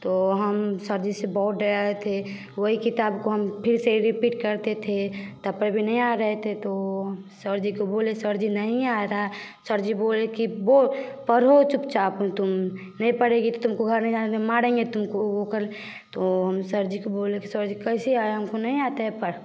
तो सर जी से बहुत डरा रहे थे वही किताब को हम फिर से रिपीट करते थे तब पर भी नहीं आ रहे थे तो सर जी को बोले सर जी नहीं आ रहा सर बोले की बो पढ़ो चुपचाप तुम नहीं पढ़ेगी तुमको घर नहीं जाने दें मारेंगे तुमको वो कल तो हम सर जी को बोले कि सर जी कैसे आएँ हमको नहीं आता है पढ़